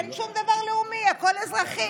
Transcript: אין שום דבר לאומי, הכול אזרחי.